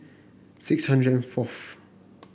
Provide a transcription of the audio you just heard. six hundred and fourth